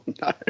no